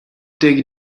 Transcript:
tegen